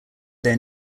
their